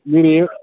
మీరు ఏ